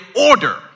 order